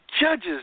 judge's